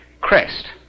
crest